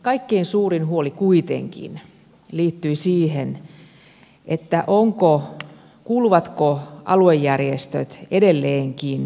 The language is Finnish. kaikkein suurin huoli kuitenkin liittyy siihen hyväksytäänkö aluejärjestöt edelleenkin valtionapukelpoisiksi